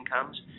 comes